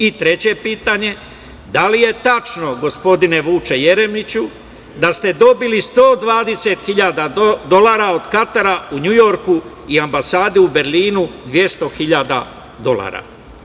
I, treće pitanje – da li je tačno gospodine Vuče Jeremiću da ste dobili 120 hiljada dolara od Katara u Njujorku i ambasadi u Berlinu 200 hiljada dolara?